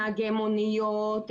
נהגי מוניות,